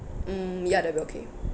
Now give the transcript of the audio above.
mm ya that will be okay